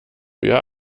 ihr